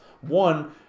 One